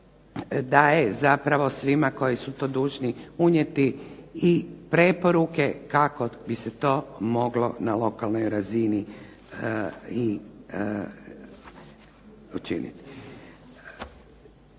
daje zapravo svima koji su to dužni unijeti i preporuke kako bi se to moglo na lokalnoj razini učiniti.